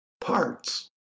parts